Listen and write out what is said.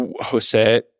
Jose